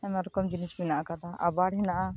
ᱟᱭᱢᱟ ᱨᱚᱠᱚᱢ ᱡᱤᱱᱤᱥ ᱢᱮᱱᱟᱜ ᱟᱠᱟᱫᱟ ᱟᱵᱟᱨ ᱦᱮᱱᱟᱜᱼᱟ